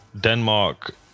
Denmark